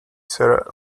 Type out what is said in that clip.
sir